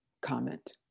comment